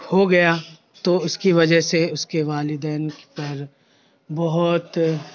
ہو گیا تو اس کی وجہ سے اس کے والدین پر بہت